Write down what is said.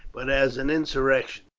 but as an insurrection.